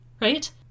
right